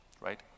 right